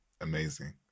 Amazing